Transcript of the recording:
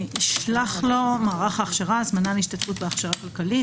ישלח לו מערך ההכשרה הזמנה להשתתפות בהכשרה כלכלית,